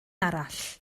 arall